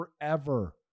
forever